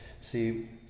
See